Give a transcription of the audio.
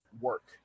work